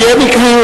כי אין עקביות.